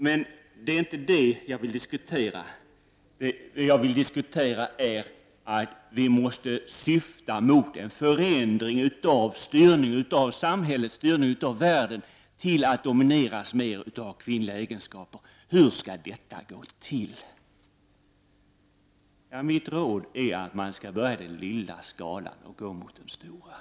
Men det är inte detta jag vill diskutera, utan att vi måste syfta mot en förändring av styrningen av samhället och världen, så att den domineras mer av kvinnliga egenskaper. Mitt råd är att man börjar i den lilla skalan och går mot den stora.